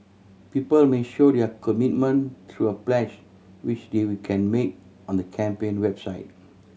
people may show their commitment through a pledge which they we can make on the campaign website